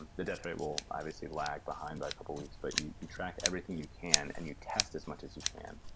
the death rate will obviously lag behind by a couple weeks, but you you track everything you can and you test as much as you can.